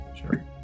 Sure